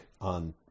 on